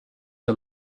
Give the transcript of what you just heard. the